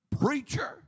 preacher